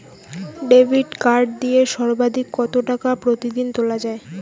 Debit card দিয়ে সর্বাধিক কত টাকা প্রতিদিন তোলা য়ায়?